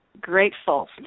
grateful